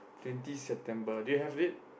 twenty September do you have it